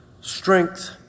strength